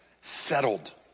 Settled